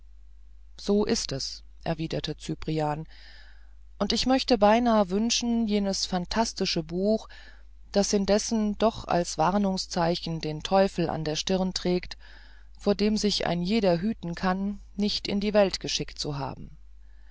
so ist es erwiderte cyprian und ich möchte beinahe wünschen jenes phantastische buch das indessen doch als warnungszeichen den teufel an der stirn trägt vor dem sich ein jeder hüten kann nicht in die welt geschickt zu haben